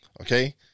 Okay